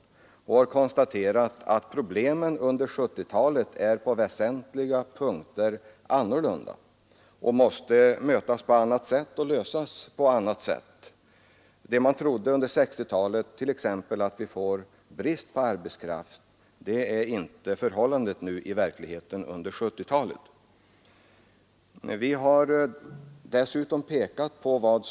Men vi har konstaterat att problemen under 1970-talet på väsentliga punkter är annorlunda. De måste därför lösas på annat sätt. Under 1960-talet trodde man t.ex. att vi under 1970-talet skulle ha brist på arbetskraft.